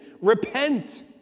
repent